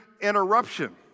interruption